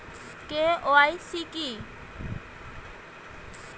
KYC কি?